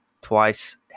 twice